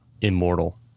immortal